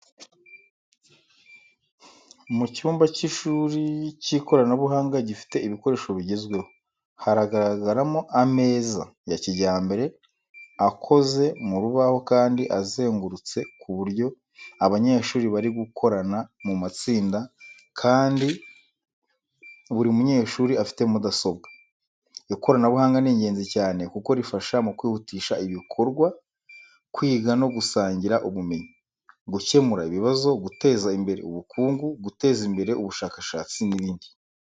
Mu cyumba cy’ishuri cy’ikoranabuhanga gifite ibikoresho bigezweho. Haragaragaramo ameza ya kijyambere akoze mu rubaho kandi azengurutse ku buryo abanyeshuri bari gukorana mu matsinda kandi buru munyeshuri afite mudasobwa. Ikoranabuhanga ni ingenzi cyane kuko rifasha mu kwihutisha ibikorwa, kwiga no gusangira ubumenyi, gukemura ibibazo, guteza imbere ubukungu, guteza imbere ubushakashatsi, n'ibindi.